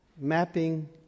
mapping